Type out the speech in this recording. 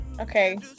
Okay